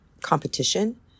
competition